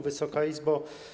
Wysoka Izbo!